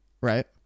right